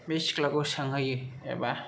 बे सिख्लाखौ सोंहैयो एबा